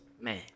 Man